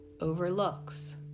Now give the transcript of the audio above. overlooks